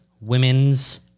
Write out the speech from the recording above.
Women's